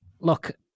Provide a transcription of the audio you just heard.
Look